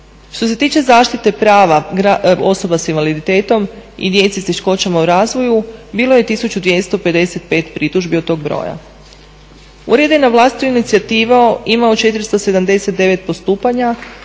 Što se tiče zaštite prava osoba s invaliditetom i djece s teškoćama u razvoju bilo je 1255 pritužbi od tog broja. Ured je na vlastitu inicijativu imao 479 postupanja